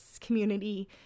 community